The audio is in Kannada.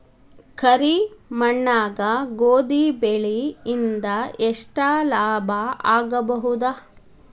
ಕರಿ ಮಣ್ಣಾಗ ಗೋಧಿ ಬೆಳಿ ಇಂದ ಎಷ್ಟ ಲಾಭ ಆಗಬಹುದ?